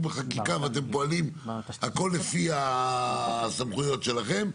בחקיקה ואתם פועלים הכול לפני הסמכויות שלכם,